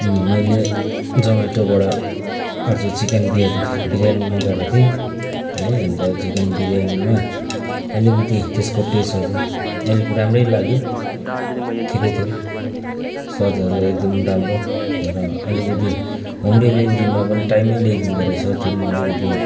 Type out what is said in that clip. मैले जोमेटोबाट आज चिकन बिर् बिर्यानी मगाएको थिएँ है अन्त चिकन बिर्यानीमा आलिकति त्यसको टेस्टहरू अलिक राम्रै लाग्यो ठिकै थियो स्वादहरू एकदम राम्रो र अलिकति होम डेलिभेरीमा पनि टाइममै ल्याइदिँदो रहेछ त्यो पनि अलिकति